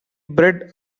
bread